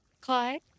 Clyde